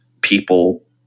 people